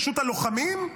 לרשות הלוחמים?